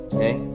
Okay